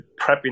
prepping